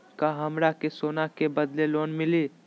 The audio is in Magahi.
का हमरा के सोना के बदले लोन मिलि?